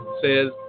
says